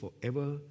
forever